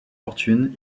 fortune